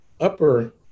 upper